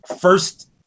first